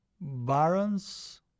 Barons